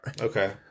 Okay